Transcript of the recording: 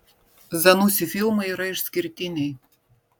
zanussi filmai yra išskirtiniai